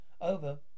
Over